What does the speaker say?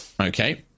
Okay